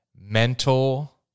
mental